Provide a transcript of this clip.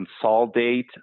consolidate